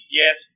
yes